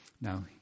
Now